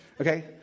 Okay